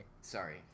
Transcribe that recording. Sorry